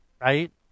Right